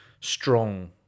strong